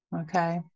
Okay